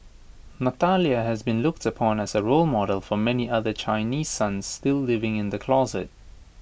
Natalia has been looked upon as A role model for many other Chinese sons still living in the closet